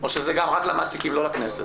או שזה רק למעסיקים, לא לכנסת.